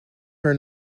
her